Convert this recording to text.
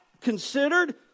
considered